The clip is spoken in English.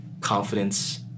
confidence